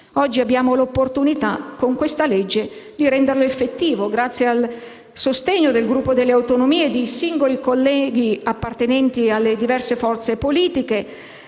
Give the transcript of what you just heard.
Oggi abbiamo l'opportunità, con questa legge, di renderlo effettivo. Grazie al sostegno del Gruppo delle Autonomie e di singoli colleghi appartenenti alle diverse forze politiche